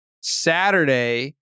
Saturday